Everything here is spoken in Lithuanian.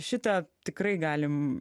šitą tikrai galim